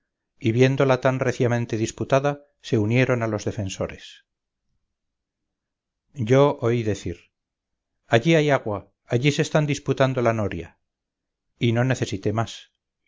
viéndola tan reciamente disputada se unieron a los defensores yo oí decir allí hay agua allí se están disputando la noria y no necesité más